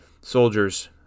soldiers